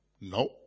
No